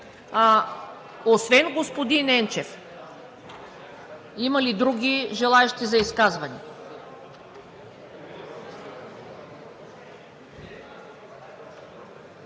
Освен господин Енчев, има ли други желаещи за изказвания?